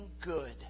good